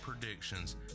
predictions